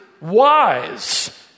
wise